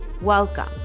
Welcome